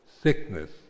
sickness